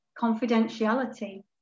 Confidentiality